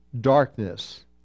darkness